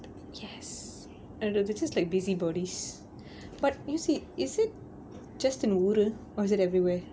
yes I don't know they're just like busybodies but you see is it just in ஊரு:ooru or is it everywhere